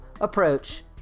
approach